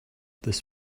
this